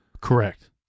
Correct